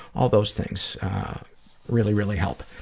all those things really, really help.